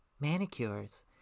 manicures